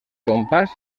compàs